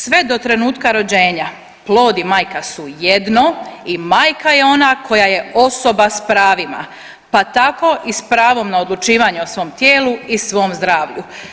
Sve do trenutka rođenja, plod i majka su jedno i majka je ona koja je osoba s pravima pa tako i s pravom na odlučivanje o svom tijelu i svom zdravlju.